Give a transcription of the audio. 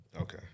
Okay